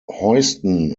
heuston